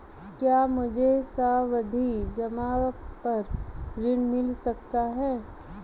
क्या मुझे सावधि जमा पर ऋण मिल सकता है?